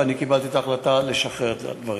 ואני קיבלתי את ההחלטה לשחרר את הדברים.